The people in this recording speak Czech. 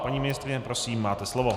Paní ministryně, prosím máte slovo.